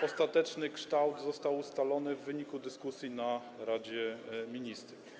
Ostateczny jego kształt został ustalony w wyniku dyskusji w Radzie Ministrów.